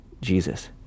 Jesus